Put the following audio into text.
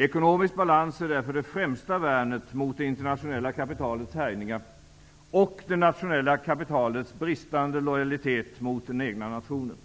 Ekonomisk balans är därför det främsta värnet mot det internationella kapitalets härjningar och det nationella kapitalets bristande lojalitet mot den egna nationen.